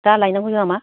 दा लायनांगौ नामा